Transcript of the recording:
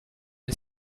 dei